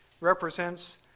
represents